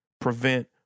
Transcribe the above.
prevent